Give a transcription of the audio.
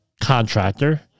contractor